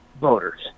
voters